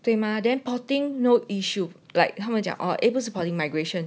对吗 then porting no issue like 他们讲哦不是 porting migration